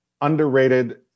underrated